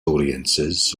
audiences